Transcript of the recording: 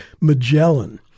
Magellan